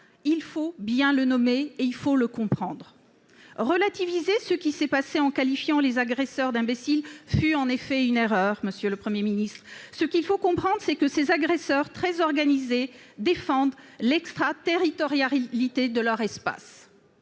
il faut bien le nommer et bien le comprendre. Relativiser ce qui s'est passé en qualifiant les agresseurs « d'imbéciles » fut une erreur. Ce qu'il faut comprendre, c'est que ces agresseurs, très organisés, défendent l'extraterritorialité de leur espace.